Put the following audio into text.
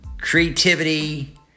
creativity